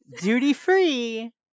duty-free